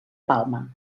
palma